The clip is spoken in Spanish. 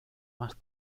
más